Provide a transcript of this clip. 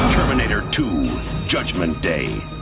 terminator two judgment day,